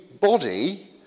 body